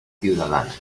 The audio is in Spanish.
ciudadana